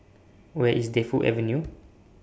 Where IS Defu Avenue